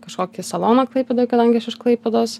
kažkokį saloną klaipėdoj kadangi aš iš klaipėdos